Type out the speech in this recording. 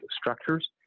structures